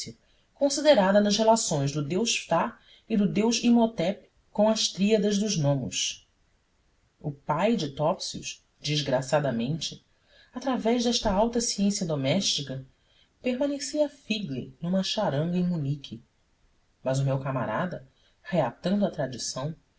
considerada nas relações do deus ftá e do deus imhotep com as tríades dos nomos o pai de topsius desgraçadamente através desta alta ciência doméstica permanecia figle numa charanga em munique mas o meu camarada reatando a tradição